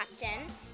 captain